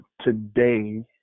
today